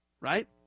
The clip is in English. Right